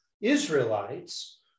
israelites